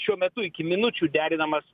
šiuo metu iki minučių derinamas